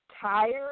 tired